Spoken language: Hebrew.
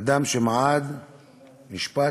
אדם שמעד, נשפט,